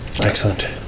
Excellent